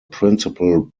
principal